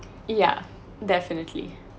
yeah definitely